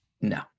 No